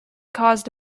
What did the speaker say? caused